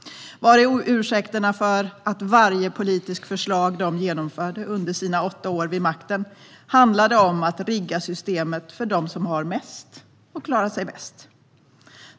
Var är ursäkterna för att varje politiskt förslag de genomförde under sina åtta år vid makten handlade om att rigga systemet för dem som har mest och klarar sig bäst?